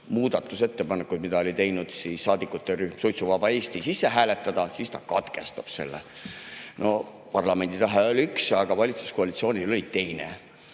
muudatusettepanekud, mis oli teinud saadikurühm Suitsuvaba Eesti, sisse hääletada, siis ta katkestab selle lugemise. Parlamendi tahe oli üks, aga valitsuskoalitsioonil oli teine. Täna